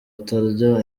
atarya